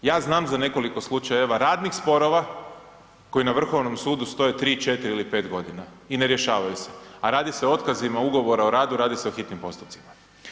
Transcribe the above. Ja znam za nekoliko slučajeva radnih sporova koji na Vrhovnom sudu stoje 3, 4 ili 5 godina i ne rješavaju se, a radi se o otkazima ugovora o radu, radi se o hitnim postupcima.